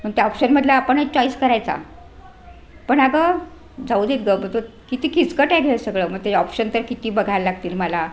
मग त्या ऑप्शनमधला आपण एक चॉईस करायचा पण अगं जाऊ देत गं किती खिचकट आहेत हे सगळं मग ते ऑप्शन तर किती बघायला लागतील मला